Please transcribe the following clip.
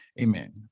Amen